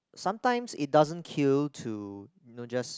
sometimes it doesn't kill to you know just